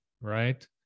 right